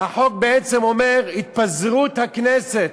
החוק בעצם אומר התפזרות הכנסת.